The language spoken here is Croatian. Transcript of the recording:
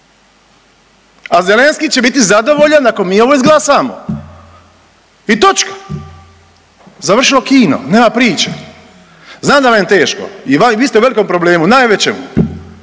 a Zelenski će biti zadovoljan ako mi ovo izglasamo i točka, završilo kino, nema priče. Znam da vam je teško i vi ste u velikom problemu, najvećemu,